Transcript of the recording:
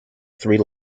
three